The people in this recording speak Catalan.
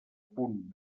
punt